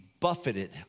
Buffeted